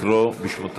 גברתי, לקרוא בשמותיהם.